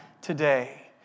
today